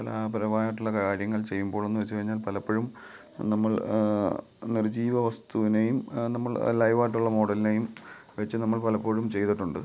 കലാപരമായിട്ടുള്ള കാര്യങ്ങൾ ചെയ്യുമ്പോഴ്ന്ന് വച്ച് കഴിഞ്ഞാൽ പലപ്പൊഴും നമ്മൾ നിർജ്ജീവ വസ്തുവിനേയും നമ്മൾ ലൈവായിട്ടുള്ള മോഡലിനെയും വെച്ച് നമ്മൾ പലപ്പോഴും ചെയ്തിട്ടുണ്ട്